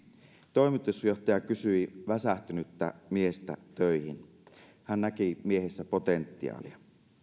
toimitusjohtaja kysyi väsähtänyttä miestä töihin hän näki miehessä potentiaalia